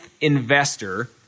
investor